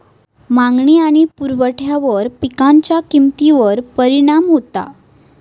मागणी आणि पुरवठ्यावर पिकांच्या किमतीवर परिणाम होता